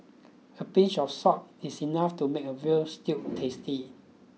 a pinch of salt is enough to make a veal stew tasty